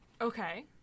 Okay